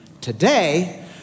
Today